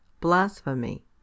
blasphemy